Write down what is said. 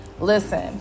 Listen